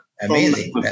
Amazing